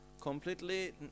completely